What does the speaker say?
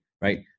right